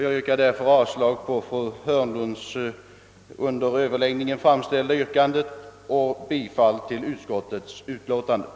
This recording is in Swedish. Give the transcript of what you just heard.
Jag yrkar därför avslag på det av fru Hörnlund under överläggningen framförda yrkandet och yrkar bifall till utskottets hemställan.